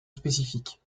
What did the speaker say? spécifique